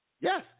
Yes